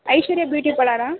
Aishwarya beauty பார்லரா